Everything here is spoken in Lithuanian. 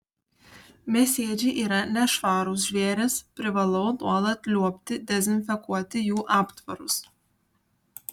mėsėdžiai yra nešvarūs žvėrys privalau nuolat liuobti dezinfekuoti jų aptvarus